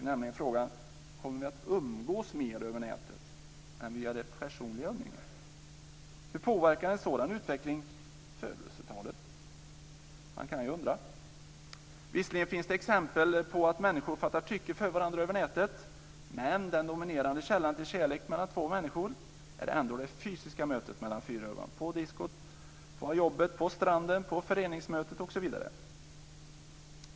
Det gäller då frågan om vi kommer att umgås mer över nätet än via det personliga umgänget. Hur påverkar en sådan utveckling födelsetalet? Man kan ju undra. Visserligen finns det exempel på att människor fattar tycke för varandra över nätet men den dominerande källan till kärlek mellan två människor är ändå det fysiska mötet mellan fyra ögon - på diskot, på jobbet, på stranden, på föreningsmötet osv.